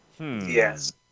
Yes